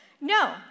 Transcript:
No